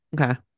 okay